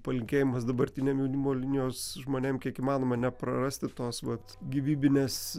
palinkėjimas dabartiniam jaunimo linijos žmonėm kiek įmanoma neprarasti tos vat gyvybinės